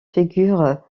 figure